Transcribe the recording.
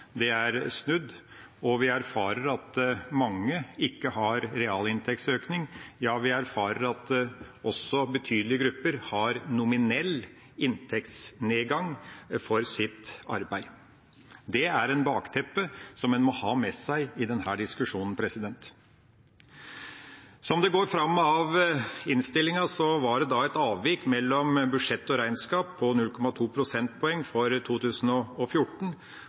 grupper, er snudd. Vi erfarer at mange ikke har realinntektsøkning, og vi erfarer at betydelige grupper har nominell inntektsnedgang for sitt arbeid. Det er et bakteppe en bør ha med seg i denne diskusjonen. Som det går fram av innstillinga, var det et avvik mellom budsjett og regnskap på 0,2 prosentpoeng for 2014,